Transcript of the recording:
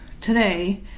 today